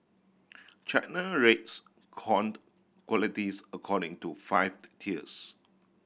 China rates corn qualities according to five tiers